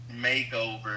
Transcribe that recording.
makeover